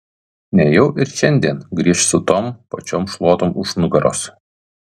nejau ir šiandien grįš su tom pačiom šluotom už nugaros